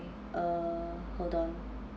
uh hold on